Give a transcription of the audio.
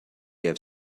have